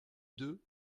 deux